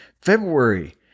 February